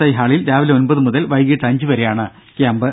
I ഹാളിൽ രാവിലെ ഒൻപത് മുതൽ വൈകീട്ട് അഞ്ച് വരെയാണ് ക്യാമ്പ്